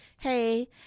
Hey